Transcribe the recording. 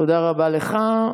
תודה רבה לך.